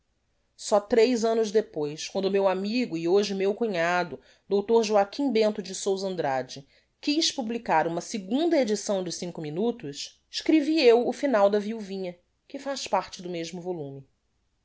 só tres annos depois quando meu amigo e hoje meu cunhado dr joaquim bento de souza andrade quiz publicar uma segunda edição de cinco minutos escrevi eu o final da viuvinha que faz parte do mesmo volume